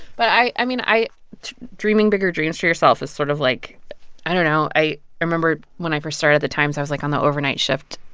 but i i mean, i dreaming bigger dreams for yourself is sort of like i don't know. i remember when i first started at the times, i was like on the overnight shift.